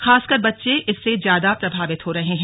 खासकर बच्चे इससे ज्यादा प्रभावित हो रहे हैं